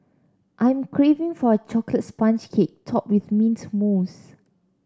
I am craving for a chocolate sponge cake topped with mint mousse